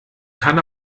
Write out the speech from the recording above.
kann